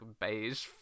beige